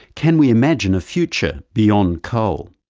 can we imagine a future beyond coal?